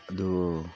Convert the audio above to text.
ꯑꯗꯨ